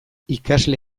ikasle